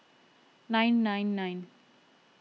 nine nine nine